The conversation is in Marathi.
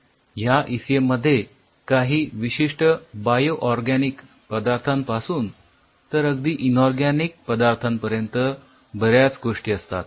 ह्या ईसीएम मध्ये काही विशिष्ठ बायो ऑरगॅनिक पदार्थांपासून अगदी इनऑरगॅनिक पदार्थांपर्यंत बऱ्याच गोष्टी येतात